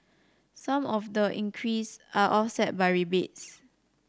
some of the increase are offset by rebates